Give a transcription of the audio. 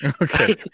Okay